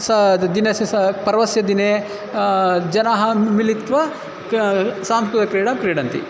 स दिनस्य स पर्वस्य दिने जनाः मिलित्वा क सांस्कृतिकक्रीडां क्रीडन्ति